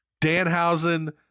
Danhausen